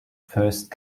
first